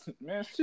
man